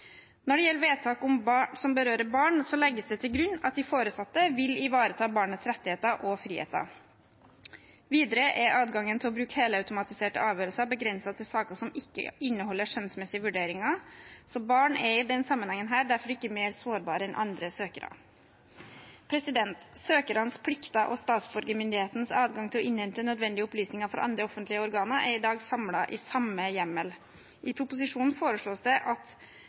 Når det gjelder vedtak som berører barn, legges det til grunn at de foresatte vil ivareta barnets rettigheter og friheter. Videre er adgangen til å bruke helautomatiserte avgjørelser begrenset til saker som ikke inneholder skjønnsmessige vurderinger. Barn er i denne sammenhengen derfor ikke mer sårbare enn andre søkere. Søkernes plikter og statsborgermyndighetenes adgang til å innhente nødvendige opplysninger fra andre offentlige organer er i dag samlet i samme hjemmel. I proposisjonen foreslås det at